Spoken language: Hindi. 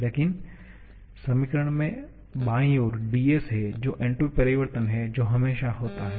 लेकिन समीकरण में बाई और dS है जो एंट्रोपी परिवर्तन है जो हमेशा होता है